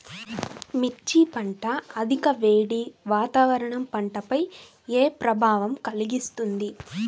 మిర్చి పంట అధిక వేడి వాతావరణం పంటపై ఏ ప్రభావం కలిగిస్తుంది?